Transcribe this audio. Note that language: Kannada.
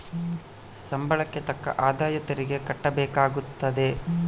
ಸಂಬಳಕ್ಕೆ ತಕ್ಕ ಆದಾಯ ತೆರಿಗೆ ಕಟ್ಟಬೇಕಾಗುತ್ತದೆ